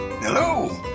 Hello